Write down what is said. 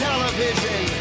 Television